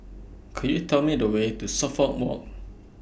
Could YOU Tell Me The Way to Suffolk Walk